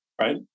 right